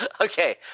okay